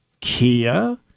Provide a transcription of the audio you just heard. Kia